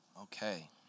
Okay